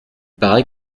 paraît